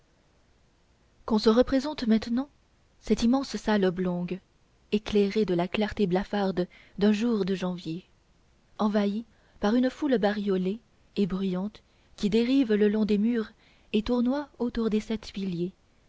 qu'on se représente maintenant cette immense salle oblongue éclairée de la clarté blafarde d'un jour de janvier envahie par une foule bariolée et bruyante qui dérive le long des murs et tournoie autour des sept piliers